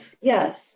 yes